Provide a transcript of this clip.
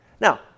Now